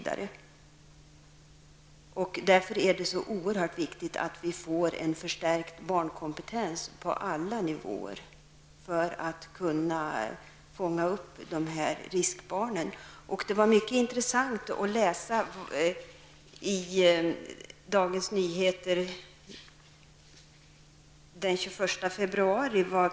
Det är därför oerhört viktigt att vi får en förstärkt barnkompetens på alla nivåer. Det gäller ju tidigt att fånga upp barn i riskgrupper. Vidare är det mycket intressant att läsa vad som står i Dagens Nyheter från den 21 februari.